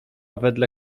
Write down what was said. wedle